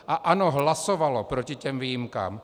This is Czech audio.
A ANO hlasovalo proti těm výjimkám.